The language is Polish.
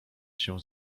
się